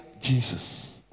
Jesus